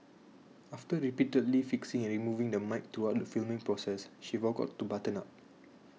after repeatedly fixing and removing the mic throughout the filming process she forgot to button up